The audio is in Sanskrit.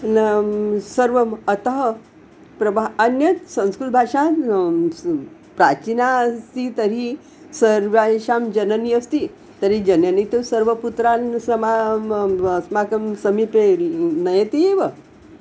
नां सर्वम् अतः प्रभा अन्यत् संस्कृतभाषा प्राचीना अस्ति तर्हि सर्वेषां जननी अस्ति तर्हि जननी तु सर्वपुत्रान् समा अस्माकं समीपे नयति एव